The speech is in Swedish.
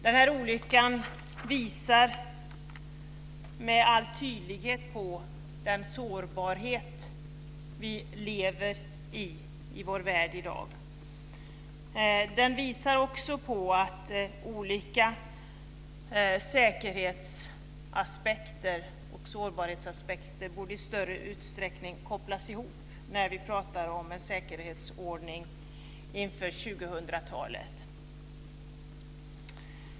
Den här olyckan visar med all tydlighet på den sårbarhet som vi i dag lever med i vår värld. Den visar också på att olika säkerhetsaspekter och sårbarhetsaspekter i större utsträckning borde kopplas ihop när vi pratar om en säkerhetsordning inför 2000-talet.